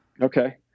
Okay